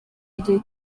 igihe